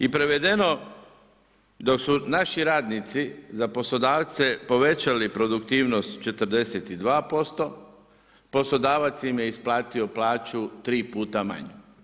I prevedeno, dok su naši radnici za poslodavce povećali produktivnost 42% poslodavac im je isplatio plaću 3 puta manju.